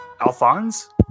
Alphonse